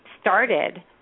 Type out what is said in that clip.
started